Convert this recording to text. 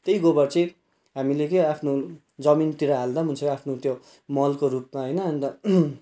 त्यही गोबर चाहिँ हामीले क्या आफ्नो जमिनतिर हाल्दा नि हुन्छ आफ्नो त्यो मलको रूपमा होइन अन्त